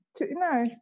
no